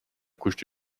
couches